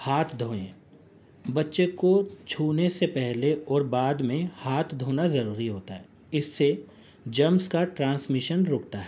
ہاتھ دھوئیں بچے کو چھونے سے پہلے اور بعد میں ہاتھ دھونا ضروری ہوتا ہے اس سے جرمز کا ٹرانسمیشن رکتا ہے